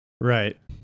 Right